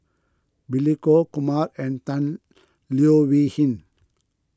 Billy Koh Kumar and Tan Leo Wee Hin